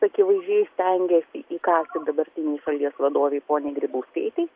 akivaizdžiai stengiasi įkąsti dabartinei šalies vadovei poniai grybauskaitei